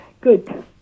Good